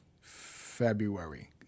February